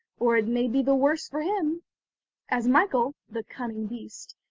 or it may be the worse for him as michael, the cunning beast,